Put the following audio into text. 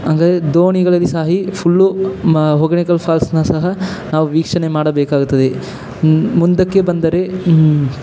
ಹಂಗದ್ರೆ ದೋಣಿಗಳಲ್ಲಿ ಸಹ ಈ ಫುಲ್ಲು ಹೊಗೆನಕಲ್ ಫಾಲ್ಸನ್ನು ಸಹ ನಾವು ವೀಕ್ಷಣೆ ಮಾಡಬೇಕಾಗುತ್ತದೆ ಮುಂದಕ್ಕೆ ಬಂದರೆ